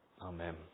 Amen